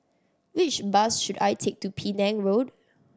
which bus should I take to Penang Road